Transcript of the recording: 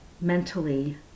mentally